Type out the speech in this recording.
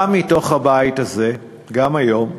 גם מתוך הבית הזה, גם היום,